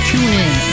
TuneIn